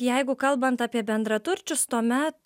jeigu kalbant apie bendraturčius tuomet